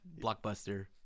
Blockbuster